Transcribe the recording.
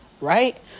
right